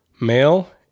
Male